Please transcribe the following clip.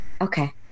Okay